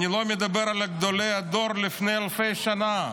אני לא מדבר על גדולי הדור לפני אלפי שנים,